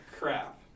crap